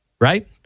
Right